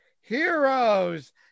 Heroes